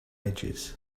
edges